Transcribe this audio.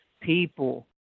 people